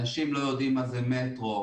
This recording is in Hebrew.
אנשים לא יודעים מה זה מטרו,